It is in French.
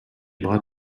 bras